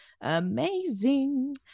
amazing